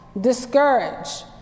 discouraged